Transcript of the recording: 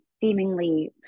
seemingly